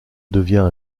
devient